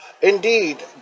Indeed